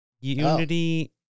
Unity